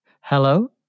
Hello